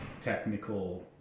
technical